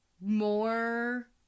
more